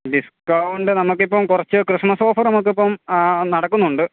discount നമുക്കിപ്പം കുറച്ച് Christmas offer നമുക്ക് ഇപ്പം നടക്കുന്നുണ്ട്